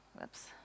Whoops